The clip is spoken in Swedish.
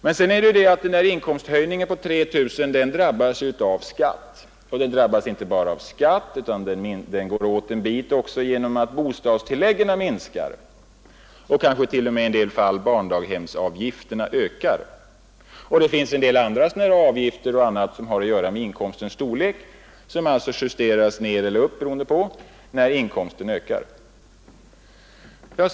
Men inkomsthöjningen på 3 000 kronor drabbas av skatt, och inte bara det, utan en del av den går också åt genom att bostadstilläggen minskar, och i en del fall kanske genom att barndaghemsavgifterna ökar. Det finns också en del andra avgifter som beror på inkomstens storlek och som justeras upp, om inkomsten ändras.